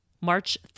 March